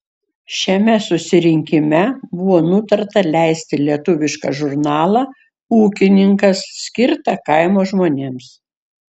šiame susirinkime buvo nutarta leisti lietuvišką žurnalą ūkininkas skirtą kaimo žmonėms